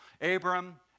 Abram